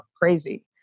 crazy